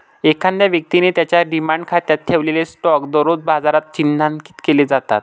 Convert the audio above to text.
एखाद्या व्यक्तीने त्याच्या डिमॅट खात्यात ठेवलेले स्टॉक दररोज बाजारात चिन्हांकित केले जातात